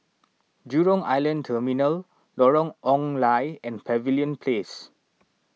Jurong Island Terminal Lorong Ong Lye and Pavilion Place